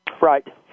Right